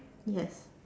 yes